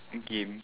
game